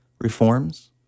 reforms